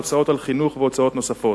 הוצאות על חינוך והוצאות נוספות,